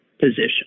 position